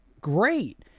Great